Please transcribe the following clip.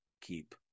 keep